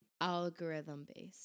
algorithm-based